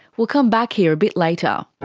we'll come back here a bit later.